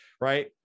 right